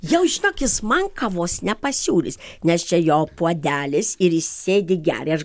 jau žinok jis man kavos nepasiūlys nes čia jo puodelis ir jis sėdi geria ir